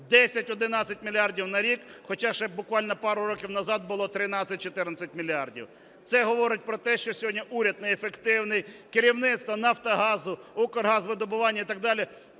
10-11 мільярдів на рік. Хоча ще буквально пару років назад було 13-14 мільярдів. Це говорить про те, що сьогодні уряд неефективний. Керівництво Нафтогазу, Укргазвидобування і так далі